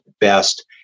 best